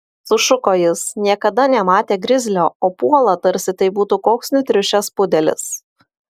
sušuko jis niekada nematė grizlio o puola tarsi tai būtų koks nutriušęs pudelis